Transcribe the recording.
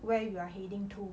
where you are heading to